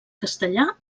castellà